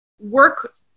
work